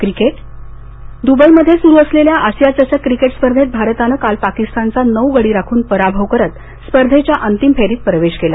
cricket Dubai मध्ये सुरु असलेल्या आशिया चषक क्रिकेट स्पर्धेत भारतानं काल पाकिस्तानचा नऊ गडी राखून पराभव करत स्पर्धेच्या अंतिम फेरीत प्रबेश केला